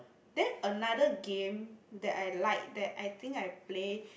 then another game that I like that I think I play